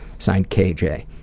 signed kj.